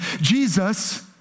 Jesus